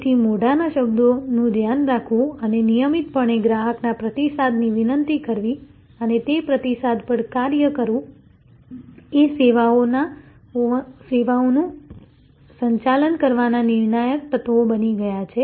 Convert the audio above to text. તેથી મોઢાના શબ્દોનું ધ્યાન રાખવું અને નિયમિતપણે ગ્રાહકના પ્રતિસાદની વિનંતી કરવી અને તે પ્રતિસાદ પર કાર્ય કરવું એ સેવાઓનું સંચાલન કરવાના નિર્ણાયક તત્વો બની ગયા છે